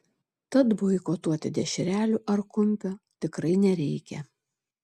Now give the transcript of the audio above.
tad boikotuoti dešrelių ar kumpio tikrai nereikia